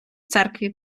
церкві